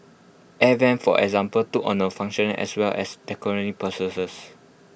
air Vents for example took on functional as well as decorative